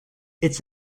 its